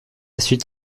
suite